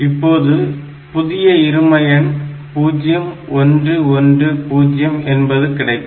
இப்போது புதிய இரும எண் 0 1 1 0 என்பது கிடைக்கும்